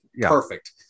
perfect